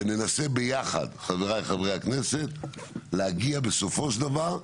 וננסה ביחד חבריי חברי הכנסת, להגיע בסופו של דבר,